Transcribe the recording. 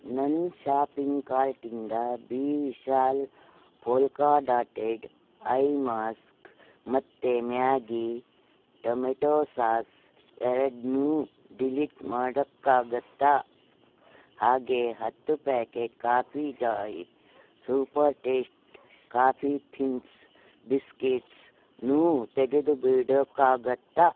ನನ್ನ ಷಾಪಿಂಗ್ ಕಾರ್ಟಿಂದ B Vishal polka dotted eye mask ಮತ್ತು ಮ್ಯಾಗಿ ಟಮೆಟೋ ಸಾಸ್ ಎರಡನ್ನು ಡಿಲೀಟ್ ಮಾಡೋಕ್ಕಾಗತ್ತಾ ಹಾಗೇ ಹತ್ತು packet coffee joy super taste coffee things ಬಿಸ್ಕೆಟ್ಸ್ನೂ ತೆಗೆದುಬಿಡೋಕಾಗುತ್ತಾ